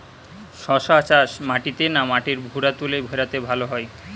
শশা চাষ মাটিতে না মাটির ভুরাতুলে ভেরাতে ভালো হয়?